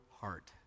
heart